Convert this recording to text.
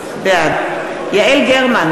בעד יעל גרמן,